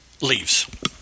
leaves